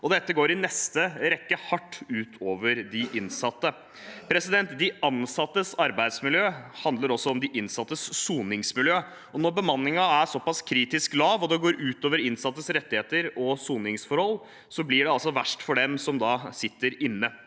dette går i neste rekke hardt ut over de innsatte. De ansattes arbeidsmiljø handler også om de innsattes soningsmiljø. Når bemanningen er såpass kritisk lav at det går ut over de innsattes rettigheter og soningsforhold, blir det altså verst for dem som sitter inne.